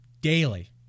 daily